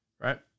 right